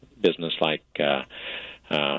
business-like